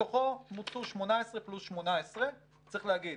מתוכו מוצו 18 פלוס 18. צריך להגיד,